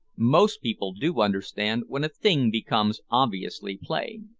most people do understand, when a thing becomes obviously plain.